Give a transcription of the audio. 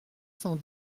cent